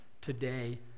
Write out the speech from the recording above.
today